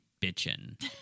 bitching